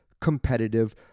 competitive